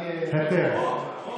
היתר.